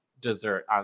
dessert